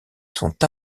sont